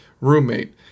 roommate